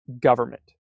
government